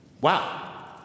Wow